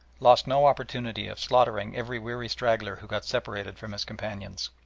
lost no opportunity of slaughtering every weary straggler who got separated from his companions.